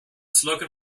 slogan